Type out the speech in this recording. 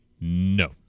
no